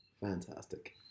fantastic